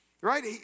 right